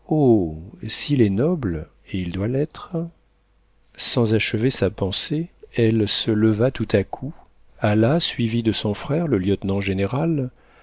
s'il est noble et il doit l'être sans achever sa pensée elle se leva tout à coup alla suivie de son frère le lieutenant-général